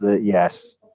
Yes